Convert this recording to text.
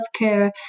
healthcare